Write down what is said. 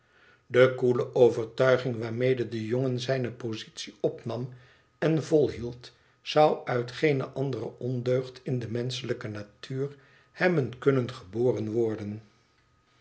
de koele overtuiging waarmede de jongen zijne positie opnam en volhield zou uit geene andere ondeugd in de menschelijke natuur hebben kunnen geboren worden